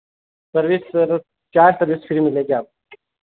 service sir चार service free मिलेंगी आपको